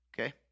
Okay